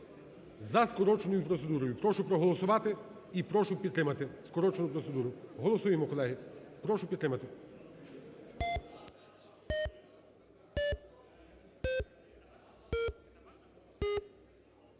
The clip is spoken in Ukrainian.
за скороченою процедурою. Прошу проголосувати і прошу підтримати скорочену процедуру. Голосуємо, колеги, прошу підтримати.